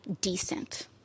decent